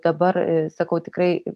dabar sakau tikrai